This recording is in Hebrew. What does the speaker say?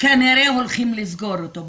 כנראה הולכים לסגור אותו.